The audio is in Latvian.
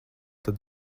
tad